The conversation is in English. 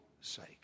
sake